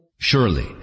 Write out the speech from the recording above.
Surely